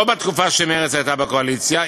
לא בתקופה שמרצ הייתה בקואליציה,